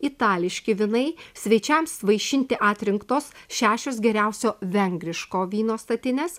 itališki vynai svečiams vaišinti atrinktos šešios geriausio vengriško vyno statinės